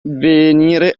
venire